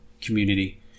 community